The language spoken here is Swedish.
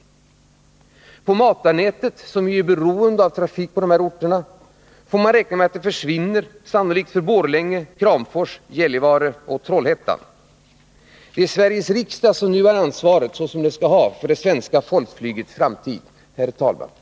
När det gäller matartrafiken, som ju är beroende av trafiken på de här orterna, får man räkna med att denna sannolikt kommer att försvinna för Borlänge, Kramfors, Gällivare och Trollhättan. Det är Sveriges riksdag som nu har ansvaret — så som den skall ha — för det svenska folkflygets framtid. Herr talman!